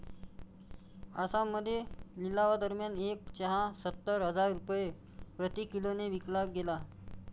आसाममध्ये लिलावादरम्यान एक चहा सत्तर हजार रुपये प्रति किलोने विकला गेला